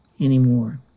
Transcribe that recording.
anymore